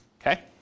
okay